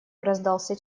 раздался